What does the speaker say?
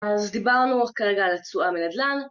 אז דיברנו כרגע על התשואה מנדל"ן